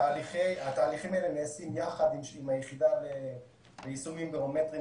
התהליכים האלה נעשים יחד עם היחידה ליישומים ברומטריים